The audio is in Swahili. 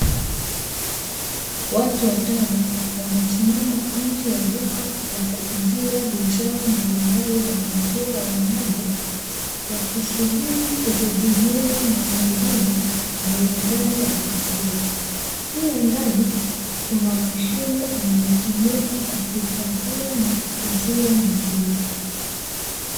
Watu watano wamesimama nje ya duka la kuuzia bidhaa mbalimbali za maziwa ya ng'ombe, wakisubiri kuhudumiwa na mhudumu, aliye ndani ya duka hilo. Pia ndani, kuna mashine inayotumika kuhifadhia na kuuzia maziwa.